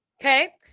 okay